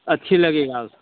अच्छी लगेगा